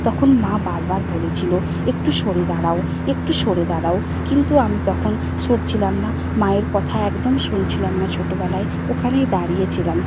তখন মা বারবার বলেছিল একটু সরে দাঁড়াও একটু সরে দাঁড়াও কিন্তু আমি তখন সরছিলাম না মায়ের কথা একদম শুনছিলাম না ছোটবেলায় ওখানেই দাঁড়িয়ে ছিলাম